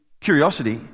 curiosity